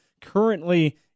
currently